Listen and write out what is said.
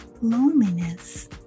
loneliness